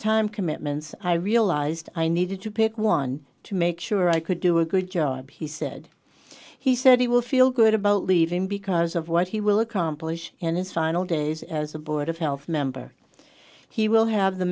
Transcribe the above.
time commitments i realised i needed to pick one to make sure i could do a good job he said he said he will feel good about leaving because of what he will accomplish in his final days as a board of health member he will have the